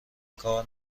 کار